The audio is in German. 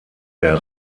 der